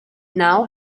now